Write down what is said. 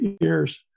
years